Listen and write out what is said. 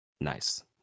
nice